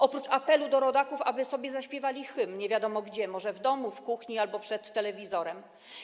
Oprócz apelu do rodaków, aby zaśpiewali sobie hymn, nie wiadomo gdzie, może w domu, w kuchni albo przed telewizorem.